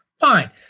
fine